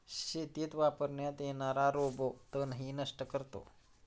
शेतीत वापरण्यात येणारा रोबो तणही नष्ट करतो